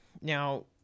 now